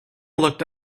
looked